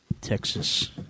Texas